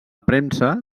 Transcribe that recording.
premsa